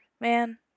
Man